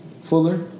Fuller